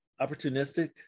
opportunistic